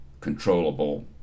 controllable